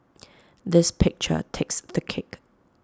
this picture takes the cake